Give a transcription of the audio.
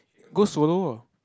go solo lah